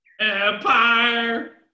Empire